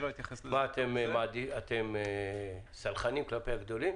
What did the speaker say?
אתם סלחנים כלפי הגדולים?